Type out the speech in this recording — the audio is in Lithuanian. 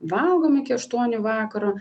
valgom iki aštuonių vakaro